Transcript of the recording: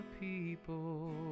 people